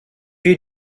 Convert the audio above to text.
you